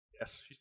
Yes